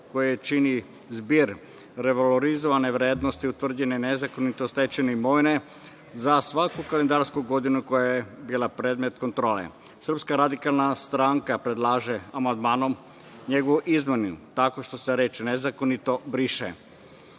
koje čini zbir revalorizovane vrednosti utvrđene nezakonito stečene imovine za svaku kalendarsku godinu koja je bila predmet kontrole. Srpska radikalna stranka predlaže amandmanom njegovu izmenu tako što se reč – nezakonito briše. Ovo